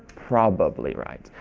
probably, right?